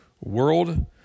world